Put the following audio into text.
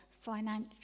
financial